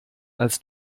als